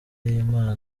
y’imana